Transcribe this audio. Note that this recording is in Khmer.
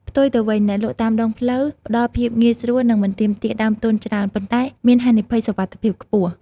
ផ្ទុយទៅវិញ អ្នកលក់តាមដងផ្លូវផ្តល់ភាពងាយស្រួលនិងមិនទាមទារដើមទុនច្រើន ប៉ុន្តែមានហានិភ័យសុវត្ថិភាពខ្ពស់។